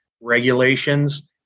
regulations